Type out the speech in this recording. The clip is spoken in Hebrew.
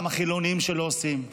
גם החילונים שלא עושים,